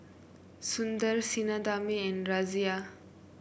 Sundar Sinnathamby and Razia